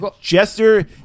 Jester